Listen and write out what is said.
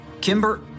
Kimber